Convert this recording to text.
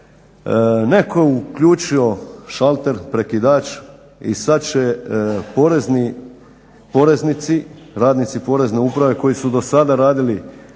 netko je uključio šalter, prekidač i sad će poreznici, radnici Porezne uprave koji su dosada radili